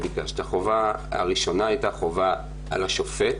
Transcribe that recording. החובה הראשונה הייתה חובה על השופט